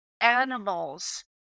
animals